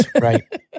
right